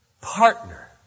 partner